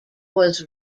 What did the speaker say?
was